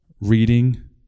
reading